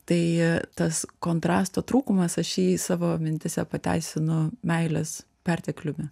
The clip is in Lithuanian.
tai tas kontrasto trūkumas aš jį savo mintyse pateisinu meilės pertekliumi